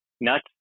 Nuts